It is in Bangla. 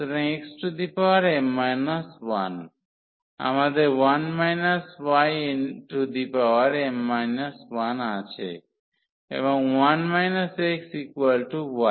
সুতরাং xm 1 আমাদের m 1 আছে এবং 1 xy